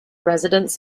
residents